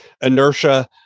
inertia